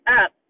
up